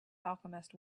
alchemist